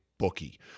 Bookie